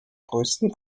größten